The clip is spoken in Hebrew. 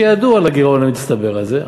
שידעו על הגירעון המצטבר הזה,